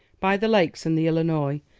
by the lakes and the illinois,